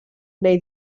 neu